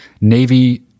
Navy